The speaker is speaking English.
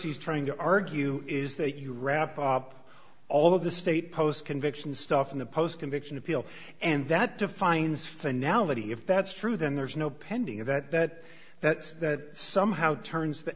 ys trying to argue is that you wrap up all of the state post conviction stuff in the post conviction appeal and that defines finalmente if that's true then there's no pending of that that that somehow turns the